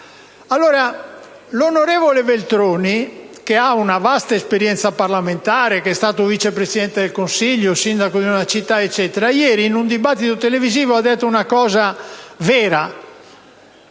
l'onorevole Veltroni - che ha una vasta esperienza parlamentare, che è stato Vice Presidente del Consiglio, Sindaco di una città e così via - ieri durante un dibattito televisivo ha detto una cosa vera